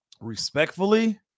Respectfully